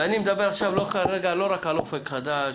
ואני מדבר כרגע לא רק על "אופק חדש",